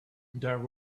there